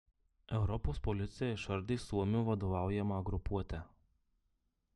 europos policija išardė suomių vadovaujamą grupuotę